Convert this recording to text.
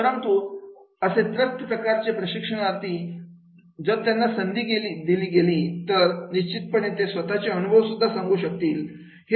परंतु असे त्रस्त प्रकारचे प्रशिक्षणार्थी जर त्यांना संधी दिली गेली तर निश्चितपणे ते स्वतःचे अनुभव सुद्धा सांगू शकतील